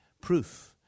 proof